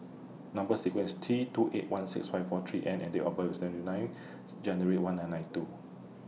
Number sequence IS T two eight one six five four three N and Date of birth IS twenty ninth January one nine nine two